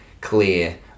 clear